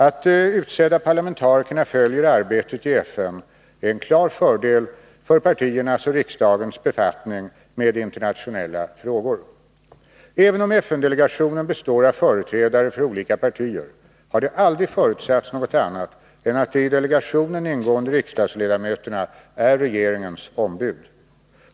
Att de utsedda parlamentarikerna följer arbetet i FN är en klar fördel för partiernas och riksdagens befattning med internationella frågor. Även om FN-delegationen består av företrädare för olika partier har det aldrig förutsatts något annat än att de i delegationen ingående riksdagsledamöterna är regeringens ombud.